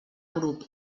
grup